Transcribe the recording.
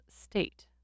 state